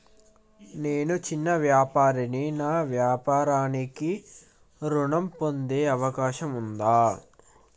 నేను చిన్న వ్యాపారిని నా వ్యాపారానికి ఋణం పొందే అవకాశం ఉందా?